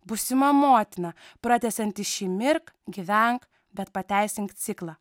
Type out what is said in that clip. būsima motina pratęsianti šį mirk gyvenk bet pateisink ciklą